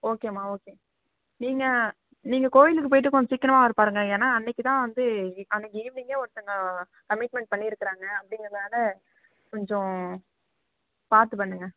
ஓகேம்மா ஓகே நீங்கள் நீங்கள் கோவிலுக்கு போயிட்டு கொஞ்சம் சீக்கிரமாக வர பாருங்க ஏன்னால் அன்றைக்கி தான் வந்து அன்றைக்கி ஈவ்னிங்கே ஒருத்தவங்க கமிட்மெண்ட் பண்ணியிருக்கிறாங்க அப்படிங்கிறதால கொஞ்சம் பார்த்து பண்ணுங்க